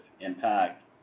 impact